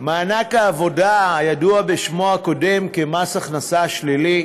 מענק העבודה, הידוע בשמו הקודם, מס הכנסה שלילי,